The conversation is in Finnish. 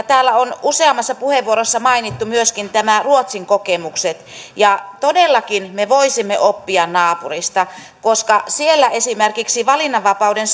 täällä on useammassa puheenvuorossa mainittu myöskin nämä ruotsin kokemukset ja todellakin me voisimme oppia naapurista koska siellä esimerkiksi valinnanvapauden